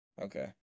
Okay